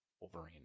Wolverine